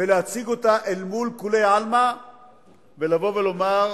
ולהציג אותה אל מול כולי עלמא ולבוא ולומר: